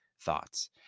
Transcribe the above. thoughts